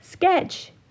Sketch